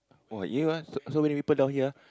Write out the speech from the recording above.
!wah! U_S so so many people down here